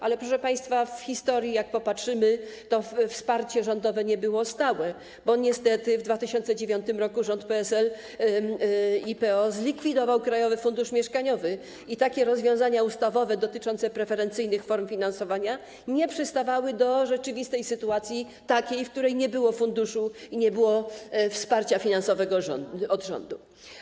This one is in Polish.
Jednak proszę państwa, w historii, jak popatrzymy, to wsparcie rządowe nie było stałe, bo niestety w 2009 r. rząd PSL i PO zlikwidował Krajowy Fundusz Mieszkaniowy i takie rozwiązania ustawowe dotyczące preferencyjnych form finansowania nie przystawały do rzeczywistej sytuacji, w której nie było funduszu i nie było wsparcia finansowego ze strony rządu.